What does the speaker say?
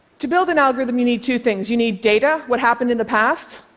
to build an algorithm you need two things you need data, what happened in the past,